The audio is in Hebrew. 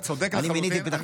אתה צודק לחלוטין.